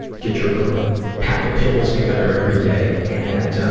get your little pack of pills together every day. and, ah,